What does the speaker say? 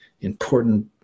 important